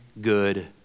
good